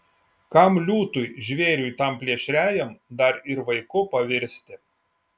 kam liūtui žvėriui tam plėšriajam dar ir vaiku pavirsti